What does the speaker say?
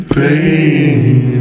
pain